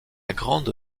grande